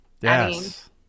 Yes